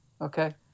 okay